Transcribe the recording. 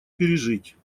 пережить